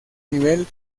nivel